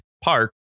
Park